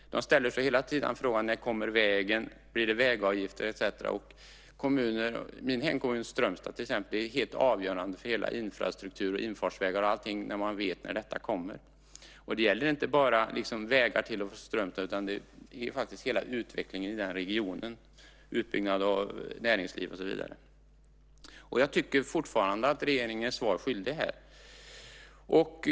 De frågar sig hela tiden när vägen kommer, om det blir vägavgifter etcetera. För min hemkommun Strömstad till exempel är det helt avgörande för hela infrastrukturen, infartsvägar och allting, att man vet när detta kommer. Och det gäller inte bara vägar till och från Strömstad utan faktiskt hela utvecklingen i regionen, utbyggnad av näringsliv och så vidare. Jag tycker fortfarande att regeringen är svaret skyldig här.